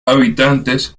habitantes